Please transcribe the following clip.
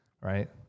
Right